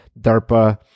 darpa